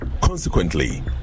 Consequently